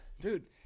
Dude